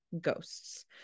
ghosts